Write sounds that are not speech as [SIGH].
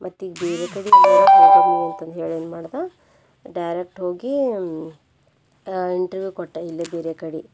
ಮತ್ತೀಗ ಬೇರೆ ಕಡೆ [UNINTELLIGIBLE] ಅಂತ ಅಂದು ಹೇಳಿ ಏನು ಮಾಡ್ದೆ ಡೈರೆಕ್ಟ್ ಹೋಗಿ ಇಂಟರ್ವ್ಯೂ ಕೊಟ್ಟೆ ಇಲ್ಲೇ ಬೇರೆ ಕಡೆ